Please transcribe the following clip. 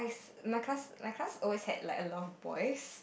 my class my class always had like a lot of boys